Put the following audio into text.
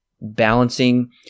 balancing